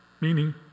meaning